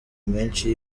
menshi